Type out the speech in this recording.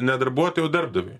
ne darbuotojui o darbdaviui